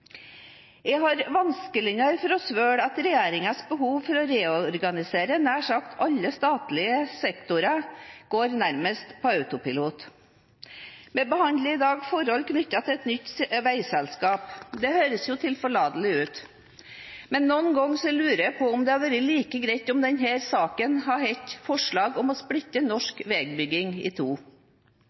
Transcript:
Jeg har vanskeligere for å svelge regjeringens behov for å reorganisere nær sagt alle statlige sektorer – nærmest på autopilot. Vi behandler i dag forhold knyttet til et nytt veiselskap. Det høres tilforlatelig ut. Men noen ganger lurer jeg på om det hadde vært like greit om denne saken hadde hett «forslag om å splitte norsk veibygging i to».